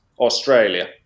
Australia